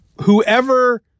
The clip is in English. whoever